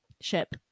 ship